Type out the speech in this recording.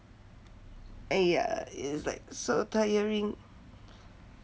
!aiya! is like so tiring